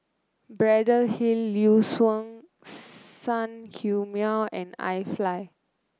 Braddell Hill Liuxun Sanhemiao and iFly